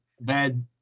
bad